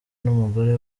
n’umugore